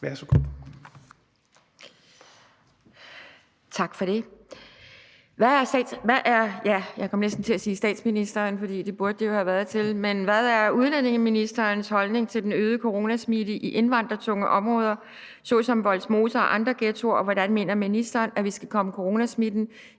have været stillet til – holdning til den øgede coronasmitte i indvandrertunge områder såsom Vollsmose og andre ghettoer, og hvordan mener ministeren at vi skal komme coronasmitten i indvandrermiljøer